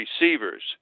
receivers